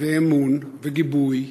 ואמון וגיבוי